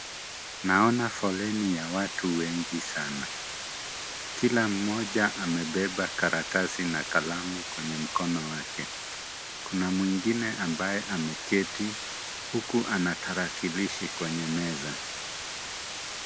Naona foleni ya watu wengi sana. Kila mmoja amebeba karatasi na kalamu kwenye mkono wake. Kuna mwingine ambaye ameketi huku ana tarakilishi kwenye meza.